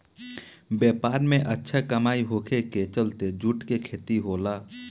व्यापार में अच्छा कमाई होखे के चलते जूट के खेती होला